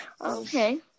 Okay